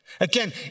Again